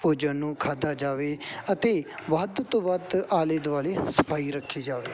ਭੋਜਨ ਨੂੰ ਖਾਧਾ ਜਾਵੇ ਅਤੇ ਵੱਧ ਤੋਂ ਵੱਧ ਆਲੇ ਦੁਆਲੇ ਸਫਾਈ ਰੱਖੀ ਜਾਵੇ